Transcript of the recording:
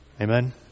Amen